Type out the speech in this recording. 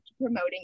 promoting